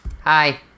Hi